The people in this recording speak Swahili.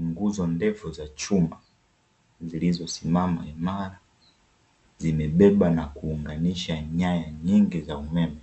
Nguzo ndefu za chuma zilizosimama imara zimebeba na kuunganisha nyaya nyingi za umeme,